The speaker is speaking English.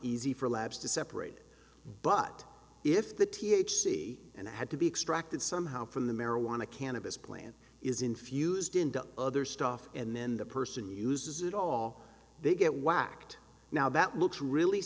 easy for labs to separate but if the t h c and had to be extracted somehow from the marijuana cannabis plant is infused into other stuff and then the person uses it all they get whacked now that looks really